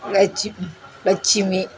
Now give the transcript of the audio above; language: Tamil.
லட்சு லட்சுமி